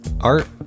Art